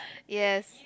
yes